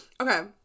Okay